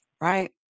right